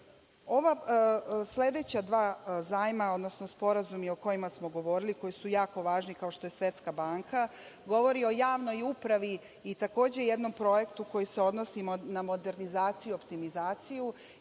sledeća dva zajma, odnosno sporazumi o kojima smo govorili, koji su jako važni kao što je Svetska banka, govori o javnoj upravi i takođe jednom projektu koji se odnosi na modernizaciju i optimizaciju